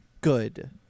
good